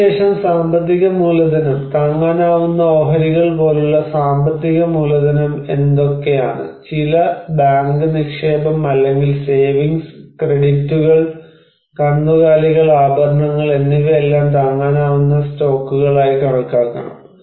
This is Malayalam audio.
അതിനുശേഷം സാമ്പത്തിക മൂലധനം താങ്ങാനാവുന്ന ഓഹരികൾ പോലുള്ള സാമ്പത്തിക മൂലധനം എന്തൊക്കെയാണ് ചില ബാങ്ക് നിക്ഷേപം അല്ലെങ്കിൽ സേവിംഗ്സ് ക്രെഡിറ്റുകൾ കന്നുകാലികൾ ആഭരണങ്ങൾ എന്നിവയെല്ലാം താങ്ങാനാവുന്ന സ്റ്റോക്കുകളായി കണക്കാക്കണം